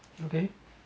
okay